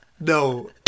no